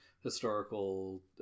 historical